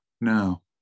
No